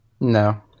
No